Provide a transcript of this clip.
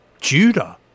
Judah